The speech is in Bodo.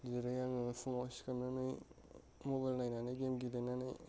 जेरै आङो फुङाव सिखारनानै मबाइल नायनानै गेम गेलेनानै